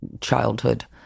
childhood